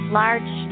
large